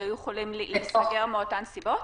שהיו יכולים להיסגר מאותן סיבות?